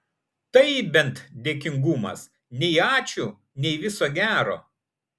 tai bent dėkingumas nei ačiū nei viso gero